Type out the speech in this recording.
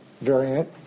variant